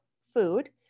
food